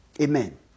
Amen